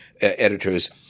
editors